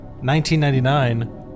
1999